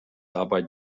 dabei